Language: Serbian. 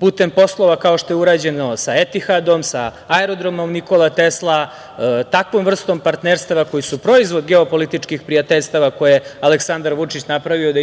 putem poslova kao što je urađeno sa „Etihadom“, sa Aerodromom „Nikola Tesla“, takvom vrstom partnerstava koja su proizvod geopolitičkih prijateljstava koje je Aleksandar Vučić napravio da idemo